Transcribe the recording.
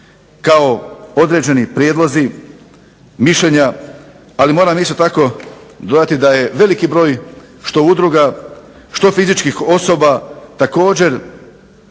kao određeni prijedlozi, mišljenja, ali moram isto tako dodati da je veliki broj što udruga što fizičkih osoba također